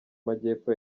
majyepfo